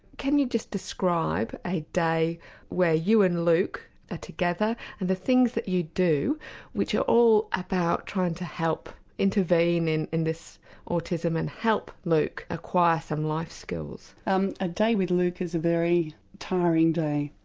can you just describe a day where you and luke are together and the things that you do which are all about trying to help, intervene in in this autism and help luke acquire some life skills. um a day with luke is a very tiring day.